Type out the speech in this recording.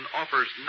offers